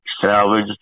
salvage